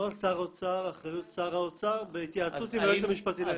נוהל שר האוצר באחריות שר האוצר בהתייעצות עם היועץ המשפטי לממשלה.